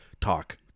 talk